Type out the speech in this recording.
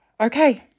Okay